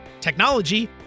technology